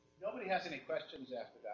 nobody has any questions after